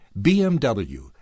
BMW